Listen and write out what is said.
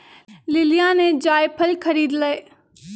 लिलीया ने जायफल खरीद लय